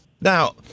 Now